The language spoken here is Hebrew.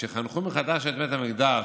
שחנכו מחדש את בית המקדש.